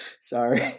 sorry